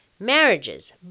Marriages